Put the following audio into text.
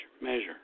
measure